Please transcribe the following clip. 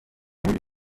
moet